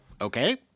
Okay